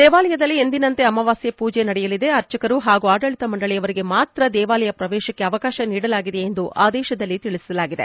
ದೇವಾಲಯದಲ್ಲಿ ಎಂದಿನಂತೆ ಅಮಾವಾಸ್ಯೆ ಪೂಜೆ ನಡೆಯಲಿದೆ ಅರ್ಚಕರು ಹಾಗೂ ಆಡಳಿತ ಮಂಡಳಿಯವರಿಗೆ ಮಾತ್ರ ದೇವಾಲಯ ಪ್ರವೇಶಕ್ಕೆ ಅವಕಾಶ ನೀಡಲಾಗಿದೆ ಎಂದು ಆದೇಶದಲ್ಲಿ ತಿಳಿಸಲಾಗಿದೆ